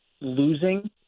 losing